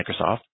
Microsoft